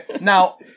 Now